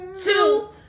two